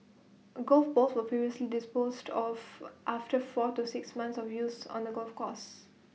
golf balls were previously disposed of after four to six months of use on the golf course